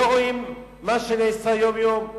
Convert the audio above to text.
לא רואים מה שנעשה יום-יום?